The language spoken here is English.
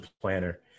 planner